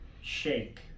shake